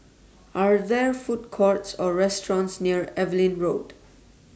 Are There Food Courts Or restaurants near Evelyn Road